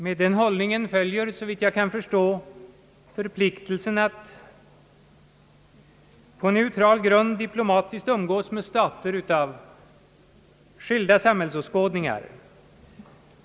Med den hållningen följer, såvitt jag kan förstå, förpliktelsen att på neutral grund diplomatiskt umgås med stater med skilda samhällsåskådningar.